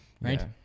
right